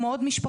כמו עוד משפחות,